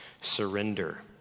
surrender